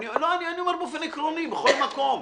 אני אומר באופן עקרוני בכל מקום.